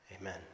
Amen